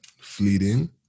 fleeting